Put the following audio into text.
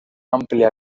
amplia